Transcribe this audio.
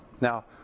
Now